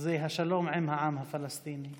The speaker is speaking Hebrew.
זה השלום עם העם הפלסטיני.